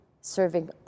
serving